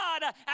God